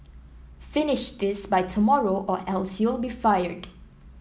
finish this by tomorrow or else you'll be fired